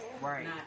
Right